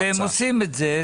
כן, כן והם עושים את זה.